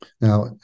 Now